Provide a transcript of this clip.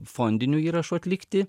fondinių įrašų atlikti